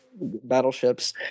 battleships